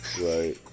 right